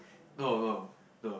no no no